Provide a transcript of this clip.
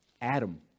Adam